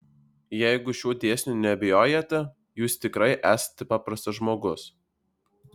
jeigu šiuo dėsniu neabejojate jūs tikrai esate paprastas žmogus